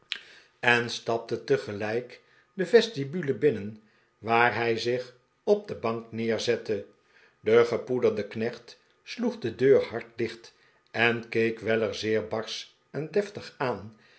en stapte tegelijk de vestibule binnen waar hij zich op de bank neerzette de gepoederde knecht sloeg de deur hard dicht en keek weller zeer barsch en deftig aan